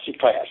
class